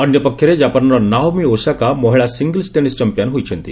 ଅନ୍ୟପକ୍ଷରେ ଜାପାନର Naomi Osaka ମହିଳା ସିଙ୍ଗଲ୍ସ ଟେନିସ ଚମ୍ପିୟାନ ହୋଇଛନ୍ତି